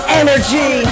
energy